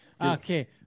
Okay